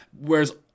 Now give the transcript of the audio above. Whereas